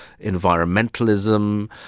environmentalism